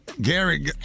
Gary